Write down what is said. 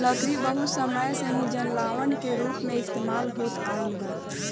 लकड़ी बहुत समय से ही जलावन के रूप में इस्तेमाल होत आईल बा